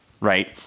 Right